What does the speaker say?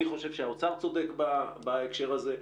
אני חושב שהאוצר צודק בהקשר הזה.